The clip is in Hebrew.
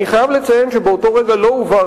אני יכול רק להמעיט בהם,